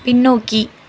பின்னோக்கி